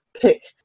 pick